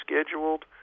scheduled